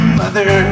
mother